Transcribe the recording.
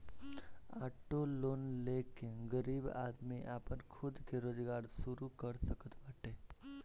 auto loan ले के गरीब आदमी आपन खुद के रोजगार शुरू कर सकत बाटे